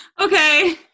Okay